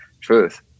truth